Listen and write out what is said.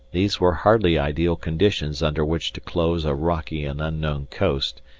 these were hardly ideal conditions under which to close a rocky and unknown coast,